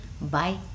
Bye